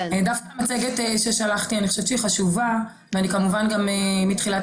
דווקא המצגת ששלחתי אני חושבת שהיא חשובה ואני כמובן גם כאן מתחילת